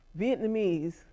vietnamese